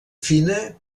fina